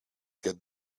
get